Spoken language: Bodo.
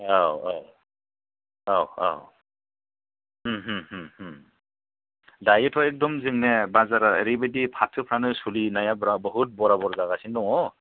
औ औ औ औ दायोथ' एकदम जोंनिया बाजारा ओरैबायदि फाथोफ्रानो सोलिनाया बिराद बहुद बराबर जागासिनो दङ